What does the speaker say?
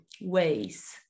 ways